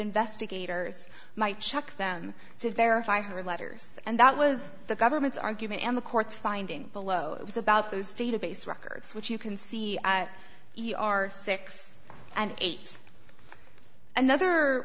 investigators might check them to verify her letters and that was the government's argument and the courts finding below it was about those database records which you can see that you are six and eight another